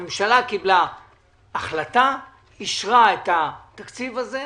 הממשלה קיבלה החלטה, אישרה את התקציב הזה.